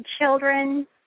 children